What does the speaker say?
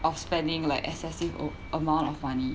of spending like excessive a~ amount of money